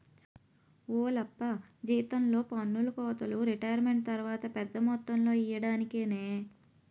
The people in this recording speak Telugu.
ఓలప్పా జీతాల్లో పన్నుకోతలు రిటైరుమెంటు తర్వాత పెద్ద మొత్తంలో ఇయ్యడానికేనే